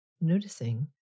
noticing